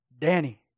Danny